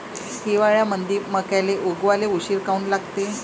हिवाळ्यामंदी मक्याले उगवाले उशीर काऊन लागते?